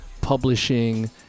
publishing